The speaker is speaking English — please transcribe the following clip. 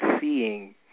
seeing